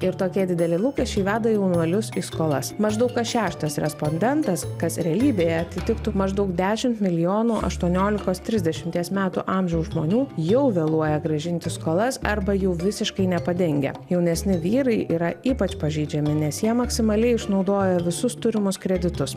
ir tokie dideli lūkesčiai veda jaunuolius į skolas maždaug kas šeštas respondentas kas realybėje atitiktų maždaug dešimt milijonų aštuoniolikos trisdešimties metų amžiaus žmonių jau vėluoja grąžinti skolas arba jų visiškai nepadengia jaunesni vyrai yra ypač pažeidžiami nes jie maksimaliai išnaudoja visus turimus kreditus